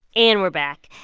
and we're back.